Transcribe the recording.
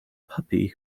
puppy